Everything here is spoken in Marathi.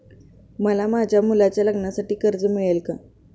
मला माझ्या मुलाच्या लग्नासाठी कर्ज मिळेल का?